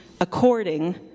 according